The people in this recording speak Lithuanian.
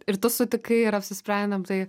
ir tu sutikai ir apsisprendėm tai